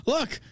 Look